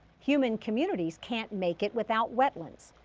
human communities can't make it without wetlands.